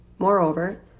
Moreover